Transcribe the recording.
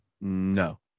No